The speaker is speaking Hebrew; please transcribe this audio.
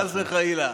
חס וחלילה.